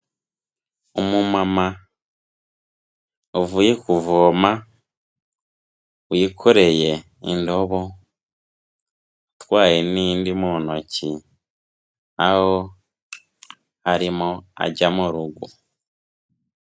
Umumama uvuye kuvoma wikoreye indobo, atwaye n'indi mu ntoki aho arimo ajya mu rugo.